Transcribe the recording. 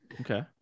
Okay